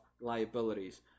liabilities